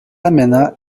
amena